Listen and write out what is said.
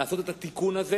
לעשות את התיקון הזה